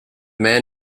man